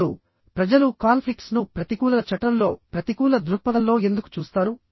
ఇప్పుడు ప్రజలు కాన్ఫ్లిక్ట్స్ ను ప్రతికూల చట్రంలో ప్రతికూల దృక్పథంలో ఎందుకు చూస్తారు